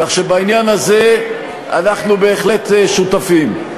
כך שבעניין הזה אנחנו בהחלט שותפים.